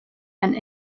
and